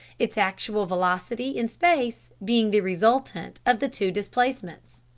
its actual velocity in space being the resultant of the two displacements.